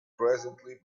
presently